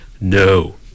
no